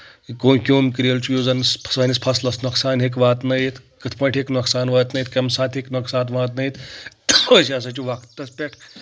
کیوٚم کریٖل چھُ یُس زَن سٲنِس فصلس نۄقصان ہیٚکہِ واتنٲیِتھ کِتھ پٲٹھۍ ہیٚکہِ نۄقصان واتنٲیِتھ کمہِ ساتہٕ ہیٚکہِ نۄقصان واتنٲیِتھ ٲسۍ ہسا چھُ وقتس پؠٹھ